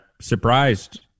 surprised